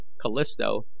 Callisto